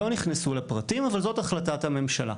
לא נכנסו לפרטים אבל זו החלטת הממשלה.